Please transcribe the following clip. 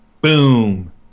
Boom